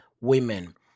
women